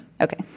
Okay